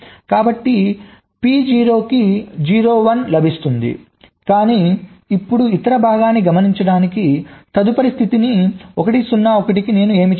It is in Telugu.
కాబట్టి PO కి 0 1 లభిస్తుంది కాని ఇప్పుడు ఇతర భాగాన్ని గమనించడానికి తదుపరి స్థితిని 1 0 1 నేను ఏమి చేస్తాను